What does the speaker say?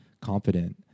confident